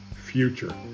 future